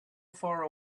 far